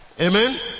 Amen